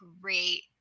great